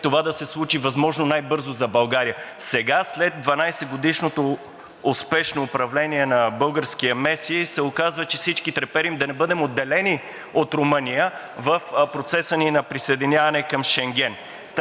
това да се случи възможно най-бързо за България. Сега, след 12-годишното успешно управление на българския Меси, се оказа, че всички треперим да не бъдем отделени от Румъния в процеса ни на присъединяване към Шенген.